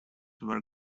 were